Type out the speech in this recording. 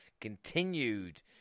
continued